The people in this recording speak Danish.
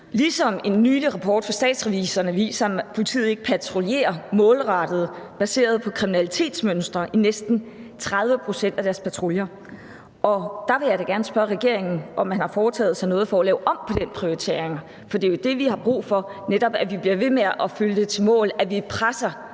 ligesom en nylig rapport fra Statsrevisorerne viser, at politiet ikke patruljerer målrettet baseret på kriminalitetsmønstre i næsten 30 pct. af deres patruljer. Og der vil jeg da gerne spørge regeringen, om man har foretaget sig noget for at lave om på den prioritering, for det er jo netop det, vi har brug for: at vi bliver ved med at følge det i mål, og at vi presser